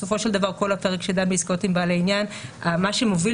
בסופו של דבר כל הפרק שדן בעסקאות עם בעלי עניין מה שמוביל